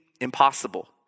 impossible